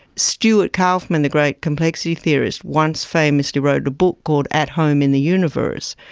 stuart kauffman, the great complexity theorist, once famously wrote a book called at home in the universe,